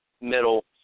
middle